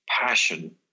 passion